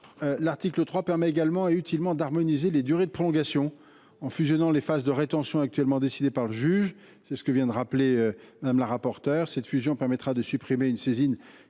L’article 3 permet également, et utilement, d’harmoniser les durées de prolongation en fusionnant les phases de rétention actuellement décidées par le juge, comme vient de le rappeler Mme la rapporteure. Cette fusion permettra de supprimer une saisine